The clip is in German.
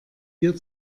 dir